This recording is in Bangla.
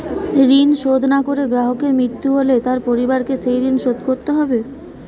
ঋণ শোধ না করে গ্রাহকের মৃত্যু হলে তার পরিবারকে সেই ঋণ শোধ করতে হবে?